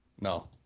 No